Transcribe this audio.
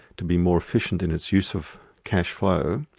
to be more efficient in its use of cashflow,